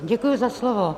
Děkuji za slovo.